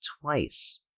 Twice